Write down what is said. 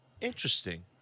interesting